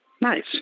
Nice